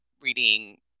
reading